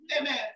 Amen